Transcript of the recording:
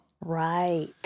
Right